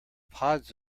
pods